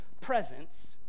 presence